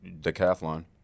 decathlon